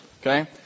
Okay